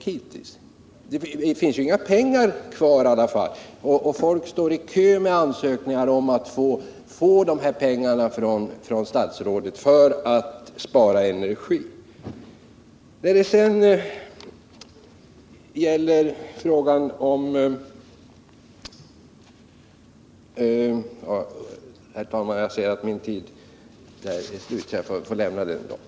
I varje fall finns det inga pengar kvar, och folk står i kö med ansökningar om att få pengar från statsrådet till åtgärder för att spara energi.